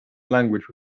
language